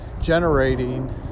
generating